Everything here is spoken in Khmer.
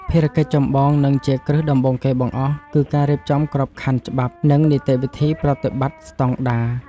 ភារកិច្ចចម្បង និងជាគ្រឹះដំបូងគេបង្អស់ គឺការរៀបចំក្របខណ្ឌច្បាប់ និងនីតិវិធីប្រតិបត្តិស្តង់ដារ។